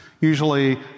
usually